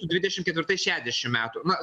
dvidešim ketvirtais šedešim metų na